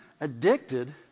addicted